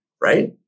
right